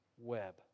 web